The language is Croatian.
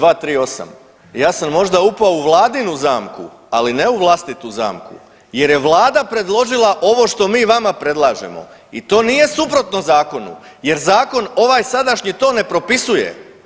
238., ja sam možda upao u vladinu zamku, ali ne u vlastitu zamku jer je vlada predložila ovo što mi vama predlažemo i to nije suprotno zakonu jer zakon ovaj sadašnji to ne propisuje.